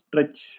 stretch